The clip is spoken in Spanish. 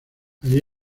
allí